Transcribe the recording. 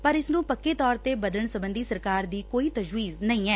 ਪਰ ਇਸ ਨੂੰ ਪੱਕੇ ਤੌਰ ਤੇ ਬਦਲਣ ਸਬੰਧੀ ਸਰਕਾਰ ਦੀ ਕੋਈ ਤਜਵੀਜ਼ ਨਹੀਂ ਐ